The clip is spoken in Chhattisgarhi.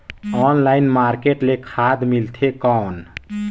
ऑनलाइन मार्केट ले खाद मिलथे कौन?